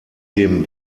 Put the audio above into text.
dem